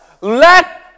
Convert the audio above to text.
Let